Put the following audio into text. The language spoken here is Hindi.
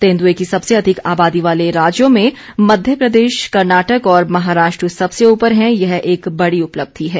तेंदुए की सबसे अधिक आबादी वाले राज्यों में मध्यप्रदेश कर्नाटक और महाराष्ट्र सबसे ऊपर है यह एक बड़ी उपलब्धि है